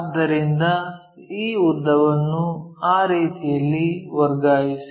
ಆದ್ದರಿಂದ ಈ ಉದ್ದವನ್ನು ಆ ರೀತಿಯಲ್ಲಿ ವರ್ಗಾಯಿಸಿ